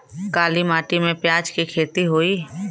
काली माटी में प्याज के खेती होई?